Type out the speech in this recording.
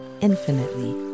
infinitely